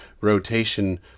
rotation